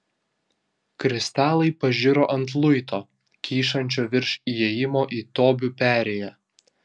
kristalai pažiro ant luito kyšančio virš įėjimo į tobių perėją